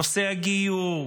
נושא הגיור,